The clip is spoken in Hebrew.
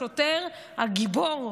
השוטר הגיבור,